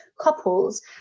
couples